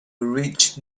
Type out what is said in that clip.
rich